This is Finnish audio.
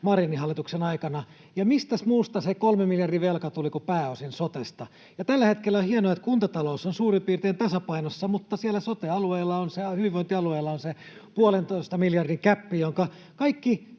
Marinin hallituksen aikana, ja mistäs muusta se kolmen miljardin velka tuli kuin pääosin sotesta. Tällä hetkellä on hienoa, että kuntatalous on suurin piirtein tasapainossa, mutta siellä hyvinvointialueilla on se puolentoista miljardin gäppi, jonka kaikki